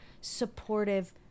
supportive